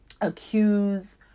accuse